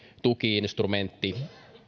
tuki instrumentti